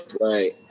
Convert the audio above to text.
Right